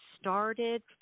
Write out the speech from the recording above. started